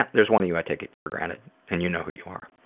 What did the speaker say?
there's one of you i take for granted and you know who you are.